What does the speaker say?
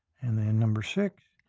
and then number six.